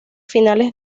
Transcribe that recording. finales